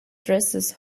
dresses